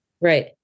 Right